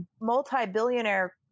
multi-billionaire